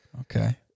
Okay